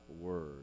word